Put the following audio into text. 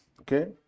okay